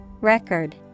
Record